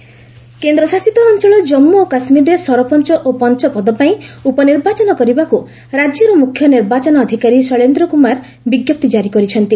JK panchayat poll କେନ୍ଦ୍ରଶାସିତ ଅଞ୍ଚଳ ଜାମ୍ମୁ ଓ କାଶ୍ମୀରରେ ସରପଞ୍ଚ ଓ ପଞ୍ଚ ପଦ ପାଇଁ ଉପନିର୍ବାଚନ କରିବାକୁ ରାଜ୍ୟର ମୁଖ୍ୟନିର୍ବାଚନ ଅଧିକାରୀ ଶୈଳେନ୍ଦ୍ର କୁମାର ବିଜ୍ଞପ୍ତି କାରି କରିଛନ୍ତି